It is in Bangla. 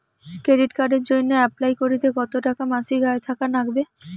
ক্রেডিট কার্ডের জইন্যে অ্যাপ্লাই করিতে কতো টাকা মাসিক আয় থাকা নাগবে?